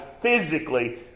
physically